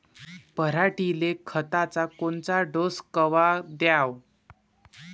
पऱ्हाटीले खताचा कोनचा डोस कवा द्याव?